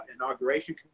inauguration